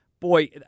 Boy